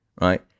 right